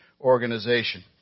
organization